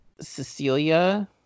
Cecilia